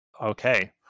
okay